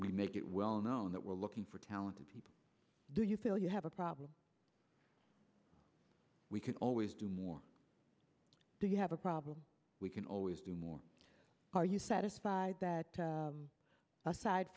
we make it well known that we're looking for talented people do you feel you have a problem we can always do more do you have a problem we can always do more are you satisfied that aside